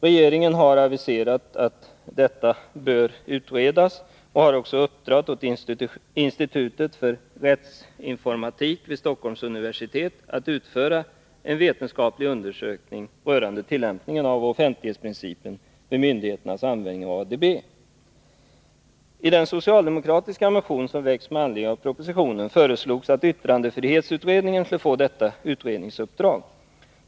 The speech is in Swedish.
Regeringen har uppdragit åt institutet för rättsinformatik vid Stockholms universitet att utföra en vetenskaplig undersökning rörande tillämpningen av offentlighetsprincipen vid myndigheternas användning av ADB. I den socialdemokratiska motion som har väckts med anledning av propositionen föreslås att yttrandefrihetsutredningen skall få detta uppdrag.